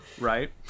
Right